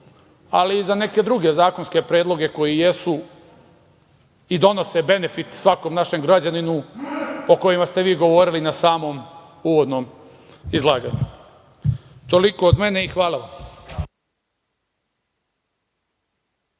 ali i za neke druge zakonske predloge koji jesu i donose benefit svakom našem građaninu, o kojima ste vi govorili na samom uvodnom izlaganju. Toliko od mene. Hvala.